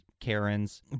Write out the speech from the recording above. Karen's